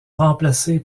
remplacés